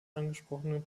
angesprochenen